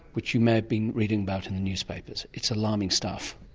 which you may have been reading about in the newspapers. it's alarming stuff.